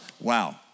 Wow